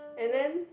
and then